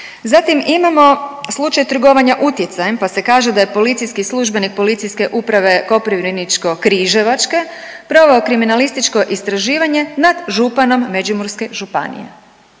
Zatim imamo slučaj trgovanja utjecajem, pa se kaže da je policijski službenik Policijske uprave Koprivničko-križevačke proveo kriminalističko istraživanje nad županom Međimurske županije.